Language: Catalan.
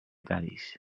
cadis